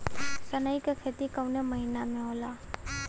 सनई का खेती कवने महीना में होला?